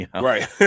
Right